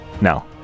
No